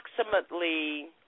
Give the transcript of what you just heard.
approximately